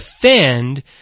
defend